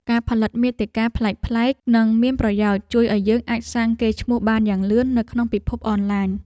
ការផលិតមាតិកាប្លែកៗនិងមានប្រយោជន៍ជួយឱ្យយើងអាចសាងកេរ្តិ៍ឈ្មោះបានយ៉ាងលឿននៅក្នុងពិភពអនឡាញ។